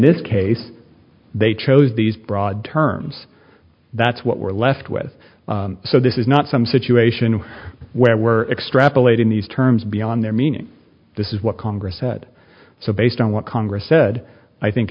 this case they chose these broad terms that's what we're left with so this is not some situation where we're extrapolating these terms beyond their meaning this is what congress said so based on what congress said i think